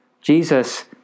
Jesus